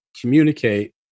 communicate